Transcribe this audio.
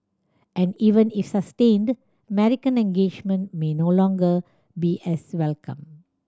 and even if sustained American engagement may no longer be as welcome